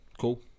Cool